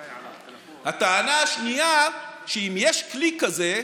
הטענה השנייה היא שאם יש כלי כזה,